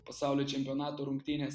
pasaulio čempionato rungtynės